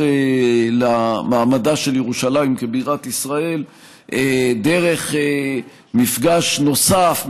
למעמדה של ירושלים כבירת ישראל דרך מפגש נוסף,